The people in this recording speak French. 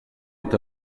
est